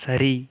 சரி